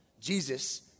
Jesus